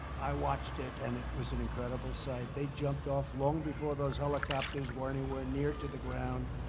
i watched it, and it was an incredible sight. they jumped off long before those helicopters were anywhere near to the ground.